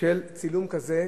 של צילום כזה,